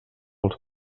els